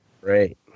Right